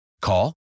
Call